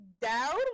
Down